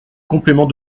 complément